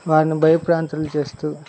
వారిని భయభ్రాంతుల్ని చేస్తూ